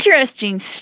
Interesting